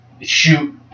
shoot